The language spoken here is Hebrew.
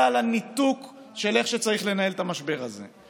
על הניתוק של איך שצריך לנהל את המשבר הזה.